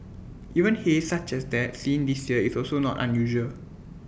even haze such as that seen this year is also not unusual